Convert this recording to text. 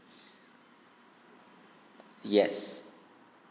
yes